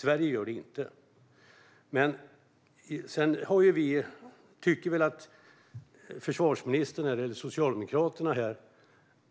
Sverige gör inte det. Vi tycker att försvarsminister Peter Hultqvist och Socialdemokraterna egentligen